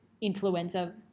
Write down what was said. influenza